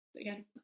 again